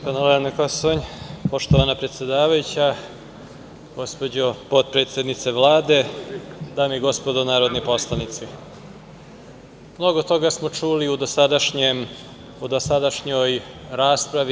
Poštovana predsedavajuća, gospođo potpredsednice Vlade, dame i gospodo narodni poslanici, mnogo toga smo čuli u dosadašnjoj raspravi.